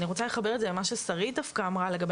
אני רוצה לחבר את זה למה ששרית דווקא אמרה לגבי